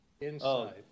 Inside